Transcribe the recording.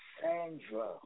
Sandra